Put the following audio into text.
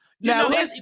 Now